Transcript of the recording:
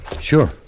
Sure